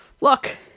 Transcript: look